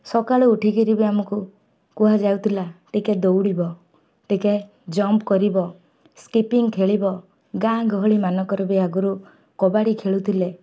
ସକାଳୁ ଉଠିକିରି ବି ଆମକୁ କୁହାଯାଉଥିଲା ଟିକେ ଦୌଡ଼ିବ ଟିକେ ଜମ୍ପ କରିବ ସ୍କିପିଂ ଖେଳିବ ଗାଁ ଗହଳିମାନଙ୍କର ବି ଆଗରୁ କବାଡ଼ି ଖେଳୁଥିଲେ